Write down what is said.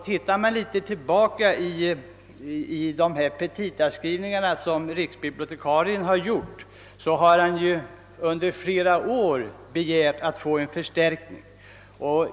Tittar man tillbaka i riksbibliotekariens petitaskrivelser finner man, att han under flera år begärt att få en förstärkning.